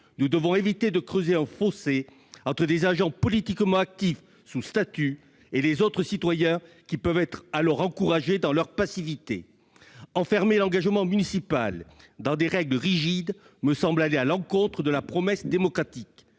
Nous devons éviter de creuser un fossé entre des agents politiquement actifs sous statut et les autres citoyens, qui pourraient ainsi être encouragés dans leur passivité. Enfermer l'engagement municipal dans des règles rigides me semble aller à l'encontre de la promesse démocratique.